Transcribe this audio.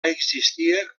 existia